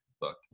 look